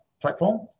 platform